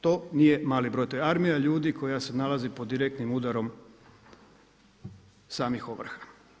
To nije mali broj, to je armija ljudi koja se nalazi pod direktnim udarom samih ovrha.